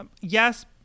Yes